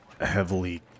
heavily